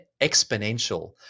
exponential